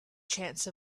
chance